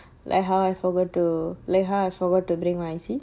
like how I forgot to like how I forgot to bring my I_C